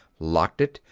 locked it,